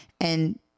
and-